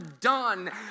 done